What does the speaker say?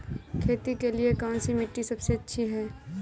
खेती के लिए कौन सी मिट्टी सबसे अच्छी है?